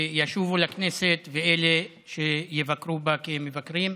שישובו לכנסת ואלה שיבקרו בה כמבקרים,